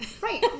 Right